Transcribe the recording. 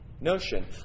notion